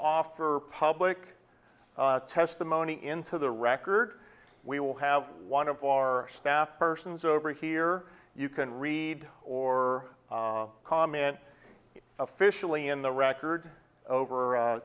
offer public testimony into the record we will have one of our staff persons over here you can read or comment officially in the record